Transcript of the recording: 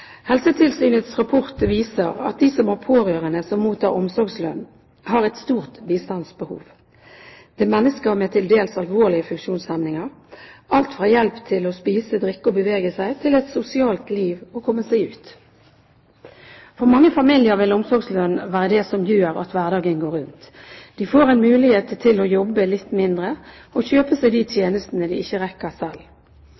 Helsetilsynets rapport viser at de som har pårørende som mottar omsorgslønn, har et stort bistandsbehov. Det er mennesker med til dels alvorlige funksjonshemninger, alt fra hjelp til å spise, drikke og bevege seg, til et sosialt liv og å komme seg ut. For mange familier vil omsorgslønn være det som gjør at hverdagen går rundt. De får en mulighet til å jobbe litt mindre og kjøpe seg de